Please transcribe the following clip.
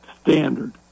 standard